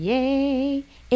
Yay